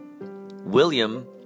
William